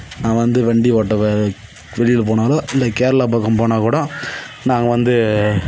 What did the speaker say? நான் வந்து வண்டி ஓட்ட வெளியில் போனாலும் இந்த கேரளா பக்கம் போனாக்கூட நாங்கள் வந்து